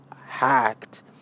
hacked